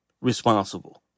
responsible